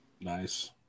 Nice